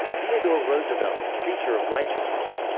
theodore roosevelt preacher of righteousness.